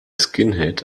skinhead